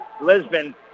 Lisbon